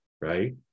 right